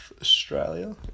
Australia